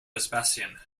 vespasian